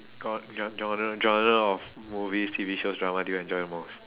got your genre genre of movies T_V shows drama do you enjoy the most